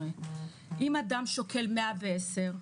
אם אדם שוקל 110,